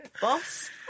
boss